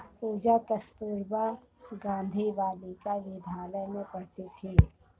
पूजा कस्तूरबा गांधी बालिका विद्यालय में पढ़ती थी